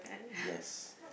yes